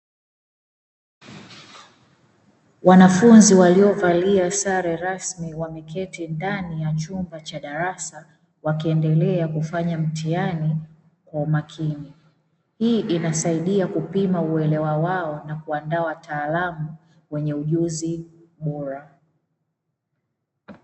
Wanafunzi waliovalia sare rasmi wameketi ndani ya chumba cha darasa, wakiendelea kufanya mtihani kwa umakini, hii inasaidia kupima uelewa wao na kuandaa wataalamu wenye ujuzi bora.